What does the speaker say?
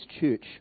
church